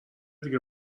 دیگه